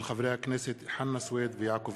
תודה.